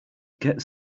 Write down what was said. get